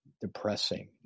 depressing